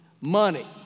Money